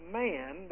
man